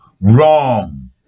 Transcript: Wrong